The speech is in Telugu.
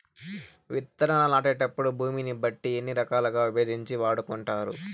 విత్తనాలు నాటేటప్పుడు భూమిని బట్టి ఎన్ని రకాలుగా విభజించి వాడుకుంటారు?